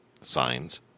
signs